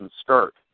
start